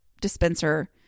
dispenser